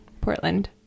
Portland